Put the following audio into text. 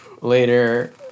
later